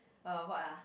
uh what ah